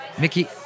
Mickey